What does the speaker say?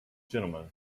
gentlemen